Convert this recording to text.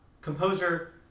composer